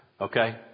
Okay